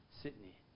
Sydney